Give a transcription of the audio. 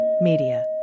Media